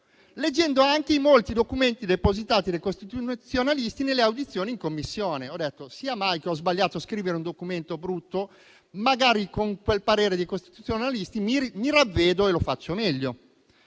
leggendo anche i molti documenti depositati dai costituzionalisti nelle audizioni in Commissione. Ho detto: sia mai che ho sbagliato a scrivere un documento brutto? Magari con quel parere dei costituzionalisti mi ravvedo e lo faccio meglio.